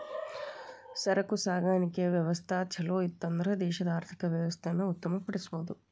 ಸರಕು ಸಾಗಾಣಿಕೆಯ ವ್ಯವಸ್ಥಾ ಛಲೋಇತ್ತನ್ದ್ರ ದೇಶದ ಆರ್ಥಿಕ ವ್ಯವಸ್ಥೆಯನ್ನ ಉತ್ತಮ ಪಡಿಸಬಹುದು